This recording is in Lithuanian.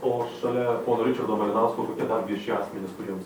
o šalia pono ričardo malinausko kokie dar vieši asmenys kuriems